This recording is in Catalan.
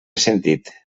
sentit